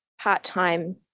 part-time